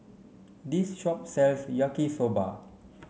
this shop sells Yaki Soba